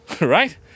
right